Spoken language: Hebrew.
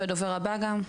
שהוא הדובר הבא גם.